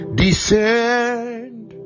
descend